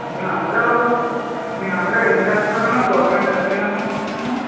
మీ నాన్నగారు మీ నాన్నగారు ఏం చేస్తారని అన్నావు గవర్నమెంటు ఎంప్లాయి అని అన్నట్టున్నావు